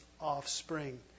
offspring